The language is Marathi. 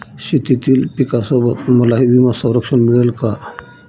शेतीतील पिकासोबत मलाही विमा संरक्षण मिळेल का?